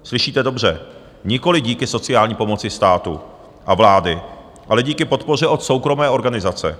Slyšíte dobře nikoli díky sociální pomoci státu a vlády, ale díky podpoře od soukromé organizace.